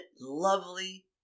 lovely